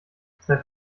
sei